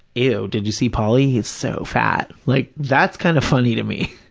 ew, did you see pauly? he's so fat. like, that's kind of funny to me,